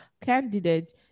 candidate